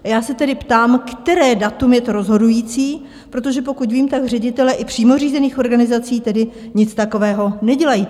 A já se tedy ptám, které datum je to rozhodující, protože pokud vím, tak ředitelé i přímo řízených organizací tedy nic takového nedělají.